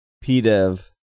P-Dev